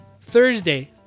Thursday